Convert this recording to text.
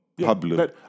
Pablo